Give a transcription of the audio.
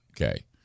okay